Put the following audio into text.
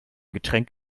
getränk